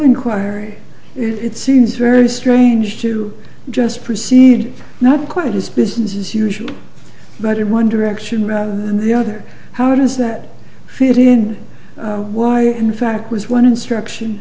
inquiry it seems very strange to just proceed not quite as business as usual but it one direction rather than the other how does that fit in why in fact was one instruction